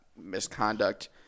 misconduct